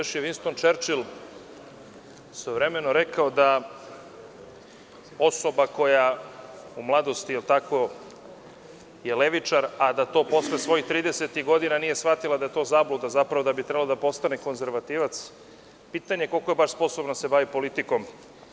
Još je Vinston Čerčil svojevremeno rekao da osoba koja u mladosti je levičar, a da to posle svojih tridesetih godina nije shvatio da je zabluda, zapravo je trebalo da postane konzervativac, pitanje je koliko je baš sposobna da se bavi politikom.